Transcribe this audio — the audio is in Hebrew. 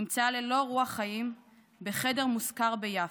נמצאה ללא רוח חיים בחדר מושכר ביפו.